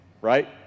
Right